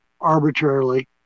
arbitrarily